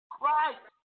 Christ